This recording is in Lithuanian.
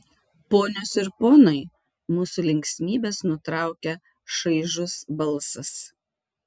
ponios ir ponai mūsų linksmybes nutraukia šaižus balsas